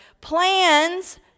plans